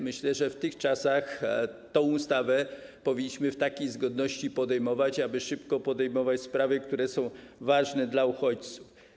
Myślę, że w tych czasach tę ustawę powinniśmy w takiej zgodności uchwalać, aby szybko rozwiązywać sprawy, które są ważne dla uchodźców.